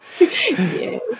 Yes